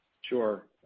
Sure